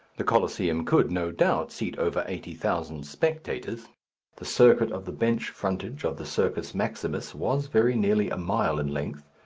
the colosseum could, no doubt, seat over eighty thousand spectators the circuit of the bench frontage of the circus maximus was very nearly a mile in length,